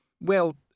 Well